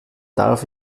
darf